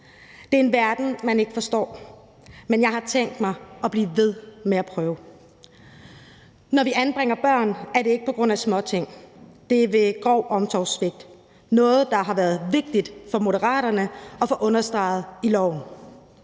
Det er en verden, man ikke forstår, men jeg har tænkt mig at blive ved med at prøve. Når vi anbringer børn, er det ikke på grund af småting. Det er ved grov omsorgssvigt. Det er noget, der har været vigtigt for Moderaterne at få understreget i loven.